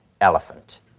elephant